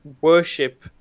worship